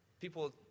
people